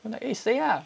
like eh 谁啊